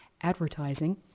advertising